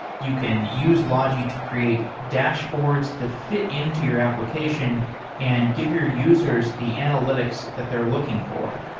you can use logi to create dashboards that fit into your application and give your users the analytics that they're looking for.